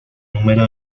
número